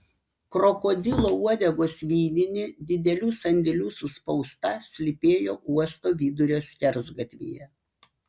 krokodilo uodegos vyninė didelių sandėlių suspausta slypėjo uosto vidurio skersgatvyje